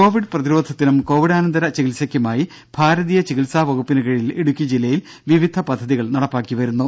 രും പ്രതിരോധത്തിനും കോവിഡാനന്തര കോവിഡ് ചികിത്സയ്ക്കുമായി ഭാരതീയ ചികിത്സാ വകുപ്പിന് കീഴിൽ ഇടുക്കി ജില്ലയിൽ വിവിധ പദ്ധതികൾ നടപ്പാക്കി വരുന്നു